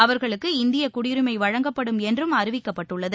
அவர்களுக்கு இந்திய குடியுரிமை வழங்கப்படும் என்றும் அறிவிக்கப்பட்டுள்ளது